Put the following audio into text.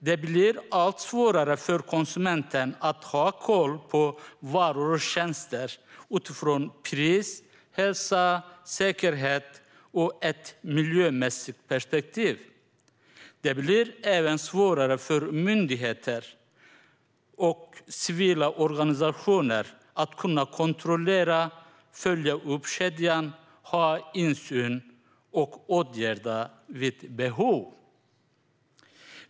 Det blir allt svårare för konsumenten att ha koll på varor och tjänster utifrån pris, hälsa, säkerhet och ett miljömässigt perspektiv. Det blir även svårare för myndigheter och civila organisationer att kunna kontrollera, följa upp kedjan och ha insyn och åtgärda vid behov.